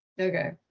Okay